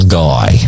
guy